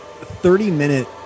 30-minute